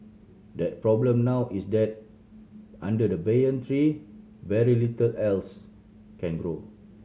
the problem now is that under the banyan tree very little else can grow